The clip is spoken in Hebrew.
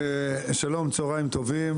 שלום, צהרים טובים.